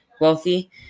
wealthy